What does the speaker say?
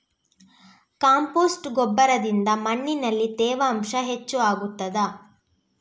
Compost ಗೊಬ್ಬರದಿಂದ ಮಣ್ಣಿನಲ್ಲಿ ತೇವಾಂಶ ಹೆಚ್ಚು ಆಗುತ್ತದಾ?